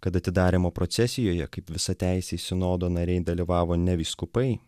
kad atidarymo procesijoje kaip visateisiai sinodo nariai dalyvavo ne vyskupai